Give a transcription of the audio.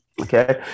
Okay